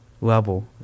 level